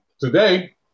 today